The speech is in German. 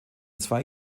zwei